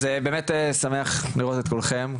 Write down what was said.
אז באמת שמח לראות את כולכם,